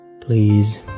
Please